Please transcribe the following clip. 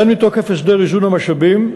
והן מתוקף הסדר איזון המשאבים,